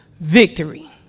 Victory